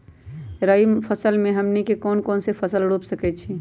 रबी फसल में हमनी के कौन कौन से फसल रूप सकैछि?